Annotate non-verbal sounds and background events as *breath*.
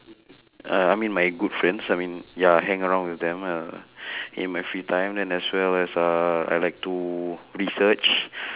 uh I mean my good friends I mean ya hang around with them uh *breath* in my free time then as well as uh I like to research *breath*